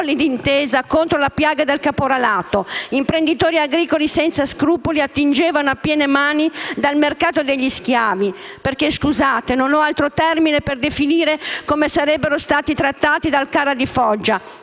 d'intesa contro la piaga del caporalato, imprenditori agricoli senza scrupoli attingessero a piene mani dal mercato degli schiavi, perché - scusate - non ho altro termine per definire come queste persone sarebbero state trattate dal CARA di Foggia,